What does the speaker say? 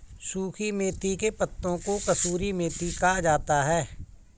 सुखी मेथी के पत्तों को कसूरी मेथी कहा जाता है